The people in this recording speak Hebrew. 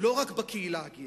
לא רק בקהילה הגאה,